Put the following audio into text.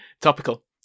Topical